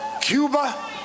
Cuba